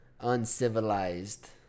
uncivilized